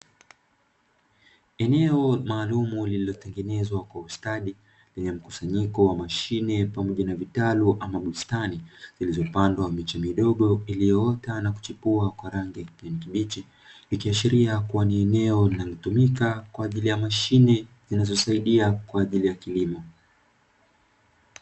Eneo maalumu lililotengenezwa kwa ustadi lenye mkusanyiko wa mashine pamoja na vitalu ama bustani, zilizopandwa miche midogo iliyoota na kuchipua kwa rangi ya kijani kibichi, ikiashiria kuwa ni eneo linalotumika kwa ajili ya mashine zinazosaidia kwa ajili ya kilimo.